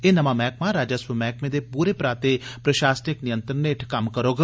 एह नमां मैहकमा राजस्व मैह्कमे दे पूरे पराते प्रशासनिक नियंत्रण हेठ कम्म करोग